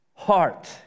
heart